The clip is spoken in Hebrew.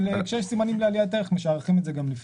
אבל כשיש סימנים לעליית ערך משערכים את זה גם לפני.